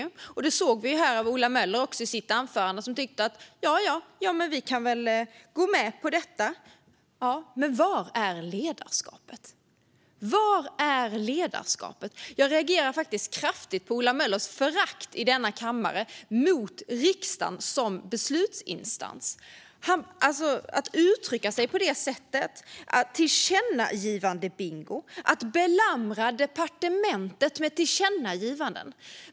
Vi hörde också Ola Möller, som i sitt anförande tyckte att man väl kan gå med på ett tillkännagivande. Men var är ledarskapet? Jag reagerar faktiskt kraftigt på Ola Möllers förakt i denna kammare för riksdagen som beslutsinstans när han uttrycker sig på det här sättet och talar om tillkännagivandebingo och om att belamra departementet med tillkännagivanden.